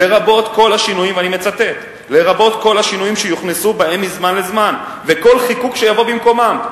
"לרבות כל השינויים שיוכנסו בהם מזמן לזמן וכל חיקוק שיבוא במקומם".